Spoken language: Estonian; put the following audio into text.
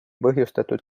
põhjustatud